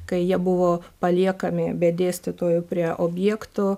kai jie buvo paliekami be dėstytojų prie objektų